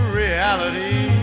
reality